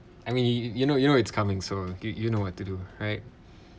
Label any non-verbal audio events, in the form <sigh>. I mean you you you know you know it's coming so you you know what to do right <breath>